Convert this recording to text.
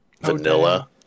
vanilla